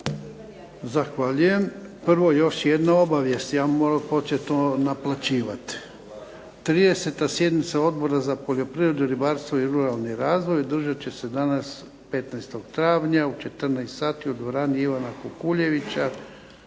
Zahvaljujem. Prvo još jedna obavijest. Ja bum moral to početi to naplaćivati. 30. sjednica Odbora za poljoprivredu, ribarstvo i ruralni razvoj održat će se danas 15. travnja u 14 sati u dvorani Ivana Kukuljevića,